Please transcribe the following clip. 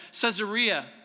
Caesarea